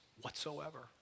whatsoever